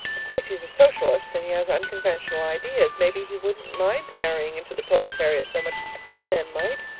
of course he is a socialist, and he has unconventional ideas maybe he wouldn't mind marrying into the proletariat so much as some men might.